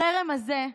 החרם הזה,